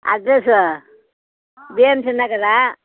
address J M C Nagar